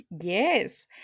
Yes